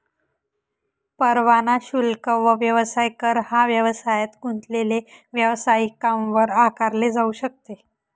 परवाना शुल्क व व्यवसाय कर हा व्यवसायात गुंतलेले व्यावसायिकांवर आकारले जाऊ शकते